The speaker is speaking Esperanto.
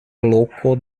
loko